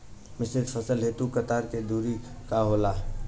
मिश्रित फसल हेतु कतार के दूरी का होला?